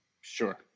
Sure